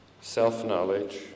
Self-knowledge